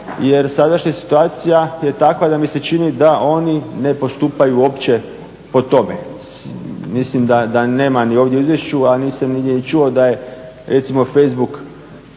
jer sadašnja situacija je takva da mi se čini da oni ne postupaju uopće po tome. Mislim da nema ni ovdje u izvješću a nisam nigdje ni čuo da je recimo facebook